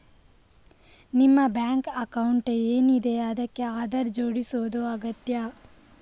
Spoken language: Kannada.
ನಿಮ್ಮ ಬ್ಯಾಂಕ್ ಅಕೌಂಟ್ ಏನಿದೆ ಅದಕ್ಕೆ ಆಧಾರ್ ಜೋಡಿಸುದು ಅಗತ್ಯ